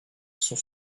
sont